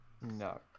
No